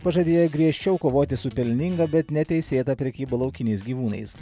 pažadėję griežčiau kovoti su pelninga bet neteisėta prekyba laukiniais gyvūnais